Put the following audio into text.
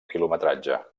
quilometratge